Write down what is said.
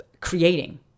creating